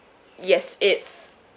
yes it's